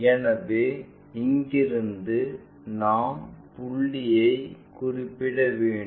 எனவே இங்கிருந்து நாம் புள்ளிகளை குறிப்பிட வேண்டும்